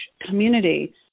community